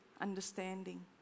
understanding